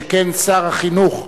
שכן שר החינוך,